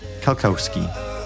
Kalkowski